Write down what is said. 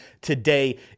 today